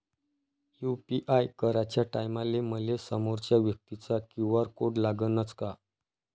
UPI कराच्या टायमाले मले समोरच्या व्यक्तीचा क्यू.आर कोड लागनच का?